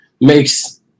makes